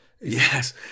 yes